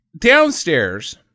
downstairs